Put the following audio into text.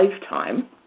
lifetime